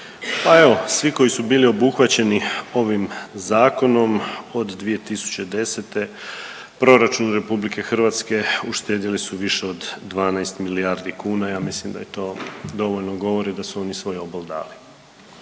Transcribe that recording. Pa evo svi koji su bili obuhvaćeni ovim zakonom od 2010. proračunu RH uštedili su više od 12 milijardi kuna. Ja mislim da i to dovoljno govori da su oni svoj obol dali.